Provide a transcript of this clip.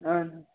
اَہَن